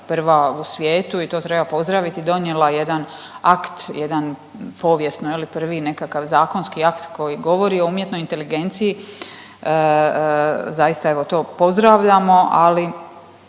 prvo u svijetu i to treba pozdraviti donijela jedan akt, jedan povijesno prvi nekakav zakonski akt koji govori o umjetnoj inteligenciji. Zaista evo to pozdravljamo, ali